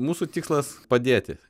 mūsų tikslas padėti